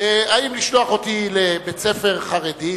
לשלוח אותי לבית-ספר חרדי,